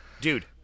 dude